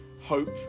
hope